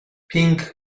pink